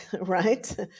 right